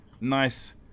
nice